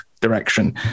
direction